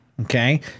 Okay